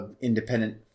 independent